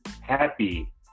happy